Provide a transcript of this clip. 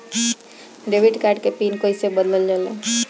Debit card के pin कईसे बदलल जाला?